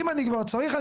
אם אני כבר צריך,